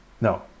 No